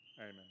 Amen